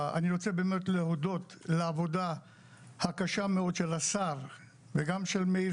אני רוצה באמת להודות לעבודה הקשה מאוד של השר וגם של מאיר